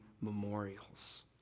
memorials